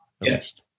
Yes